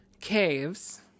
Caves